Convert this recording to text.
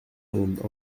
monde